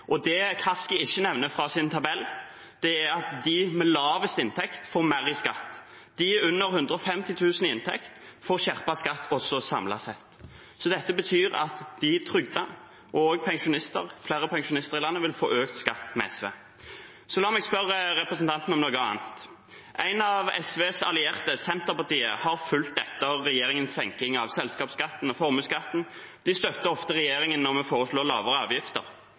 utenlandske. Det Kaski ikke nevner fra sin tabell, er at de med lavest inntekt får mer i skatt. De med under 150 000 i inntekt får skjerpet skatt også samlet sett. Så dette betyr at de trygdede og også flere pensjonister i landet vil få økt skatt med SV. La meg spørre representanten om noe annet. En av SVs allierte, Senterpartiet, har fulgt etter regjeringens senkning av selskapsskatten og formuesskatten. De støtter ofte regjeringen når vi foreslår lavere avgifter.